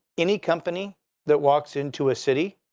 any company that walks into a city